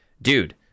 dude